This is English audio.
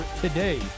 today